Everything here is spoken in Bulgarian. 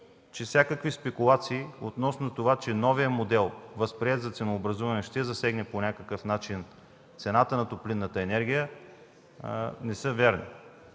че всякакви спекулации относно това, че новият модел, възприет за ценообразуване, ще засегне по някакъв начин цената на топлинната енергия, не са верни.